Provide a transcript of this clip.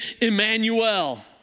Emmanuel